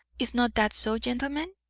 is not that so, gentlemen?